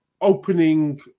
opening